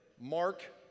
Mark